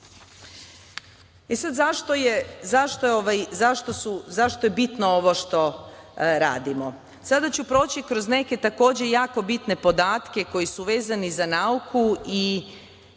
projekata.Zašto je bitno ovo što radimo? Sada ću proći kroz neke jako bitne podatke koji su vezani za nauku i